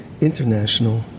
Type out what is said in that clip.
international